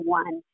one